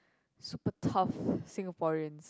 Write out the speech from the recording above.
super tough Singaporean